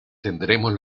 tendremos